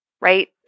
Right